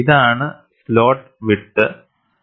ഇതാണ് slot width